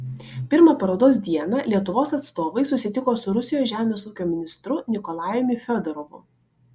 pirmą parodos dieną lietuvos atstovai susitiko su rusijos žemės ūkio ministru nikolajumi fiodorovu